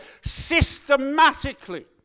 systematically